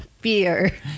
Beer